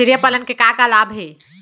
छेरिया पालन के का का लाभ हे?